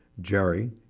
Jerry